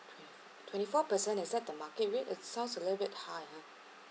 okay twenty four percent is that the market rate it sounds a little bit high ah